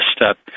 step